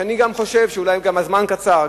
אולי הזמן קצר,